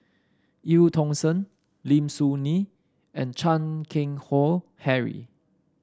Eu Tong Sen Lim Soo Ngee and Chan Keng Howe Harry